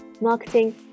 marketing